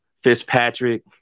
Fitzpatrick